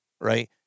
right